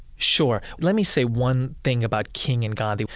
sure. let me say one thing about king and gandhi,